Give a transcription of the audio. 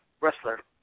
wrestler